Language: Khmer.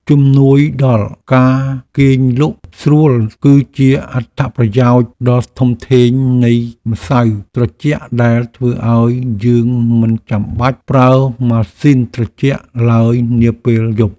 ជំនួយដល់ការគេងលក់ស្រួលគឺជាអត្ថប្រយោជន៍ដ៏ធំធេងនៃម្សៅត្រជាក់ដែលធ្វើឱ្យយើងមិនចាំបាច់ប្រើម៉ាស៊ីនត្រជាក់ឡើយនាពេលយប់។